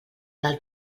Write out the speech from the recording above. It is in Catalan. del